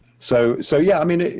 so so yeah, i mean,